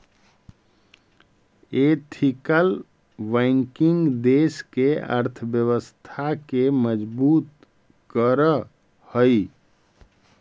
ethical banking देश के अर्थव्यवस्था के मजबूत करऽ हइ